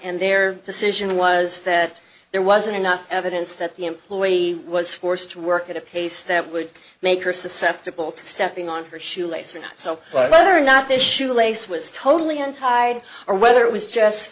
and their decision was that there wasn't enough evidence that the employee was forced to work at a pace that would make her susceptible to stepping on her shoe lace or not so well or not the shoe lace was totally untied or whether it was just